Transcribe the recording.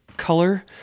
color